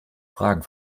fragen